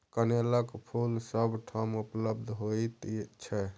कनेलक फूल सभ ठाम उपलब्ध होइत छै